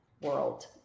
world